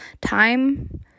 time